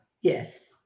yes